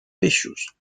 peixos